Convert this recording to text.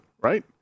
right